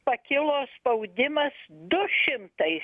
pakilo spaudimas du šimtai